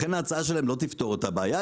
לכן ההצעה שלהם לא תפתור את הבעיה,